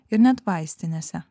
ir net vaistinėse